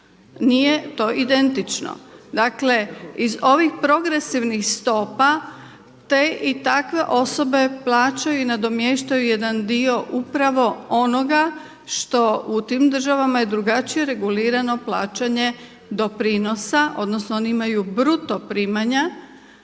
nije to identično. Dakle iz ovih progresivnih stopa te i takve osobe plaćaju i nadomještaju jedan dio upravo onoga što u tim državama je drugačije regulirano plaćanje doprinosa, odnosno oni imaju bruto primanja